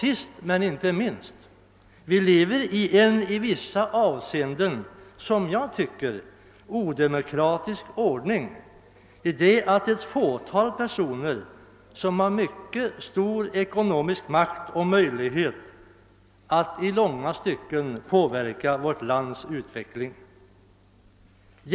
Sist men inte minst kan sägas att vi i vissa avseenden enligt min mening har en odemokratisk ordning, eftersom det hos oss finns ett fåtal personer som har mycket stor ekonomisk makt och därmed möjlighet att i långa stycken påverka vårt lands utveckling.